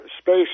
space